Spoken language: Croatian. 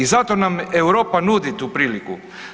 I zato nam Europa nudi tu priliku.